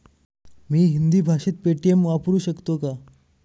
मी हिंदी भाषेत पेटीएम वापरू शकतो का?